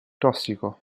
tossico